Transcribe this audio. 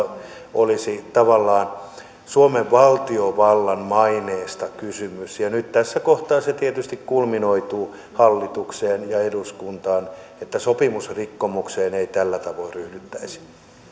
olisi tavallaan suomen valtiovallan maineesta kysymys nyt tässä kohtaa se tietysti kulminoituu hallitukseen ja eduskuntaan että sopimusrikkomukseen ei tällä tavoin ryhdyttäisi